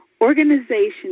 Organization